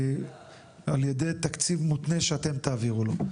על ידי תקציב מותנה שאתם תעבירו לו.